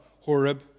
Horeb